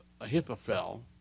Ahithophel